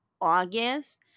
August